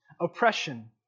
oppression